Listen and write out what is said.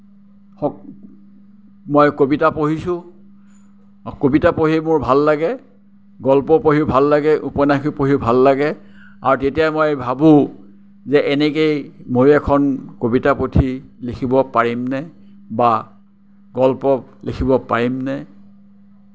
মই কবিতা পঢ়িছোঁ কবিতা পঢ়ি মোৰ ভাল লাগে গল্প পঢ়িও ভাল লাগে উপন্যাসো পঢ়ি ভাল লাগে আৰু তেতিয়াই মই ভাবোঁ যে এনেকেই মোৰ এখন কবিতাপুথি লিখিব পাৰিমনে বা গল্প লিখিব পাৰিমনে